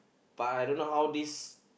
but I don't know how this